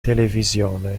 televisione